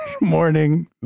morning